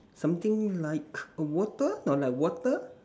something like water or like water